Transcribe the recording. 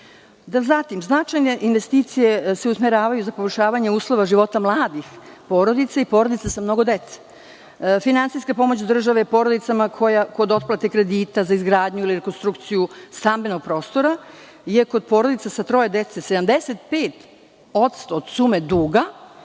pomoć. Zatim, značajne investicije se usmeravaju za poboljšavanje uslova života mladih porodica i porodica sa mnogo dece. Finansijske pomoći države porodicama kod otplate kredita za izgradnju, ili rekonstrukciju stambenog prostora, jer kod porodica sa troje dece 75% od sume duga,